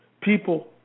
People